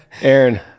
Aaron